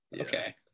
Okay